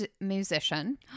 musician